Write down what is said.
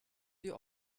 die